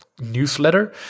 newsletter